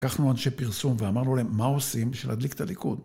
‫לקחנו אנשי פרסום ואמרנו להם, ‫מה עושים בשביל להדליק את הליכוד?